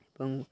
ଏବଂ